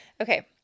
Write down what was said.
Okay